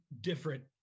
different